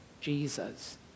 Jesus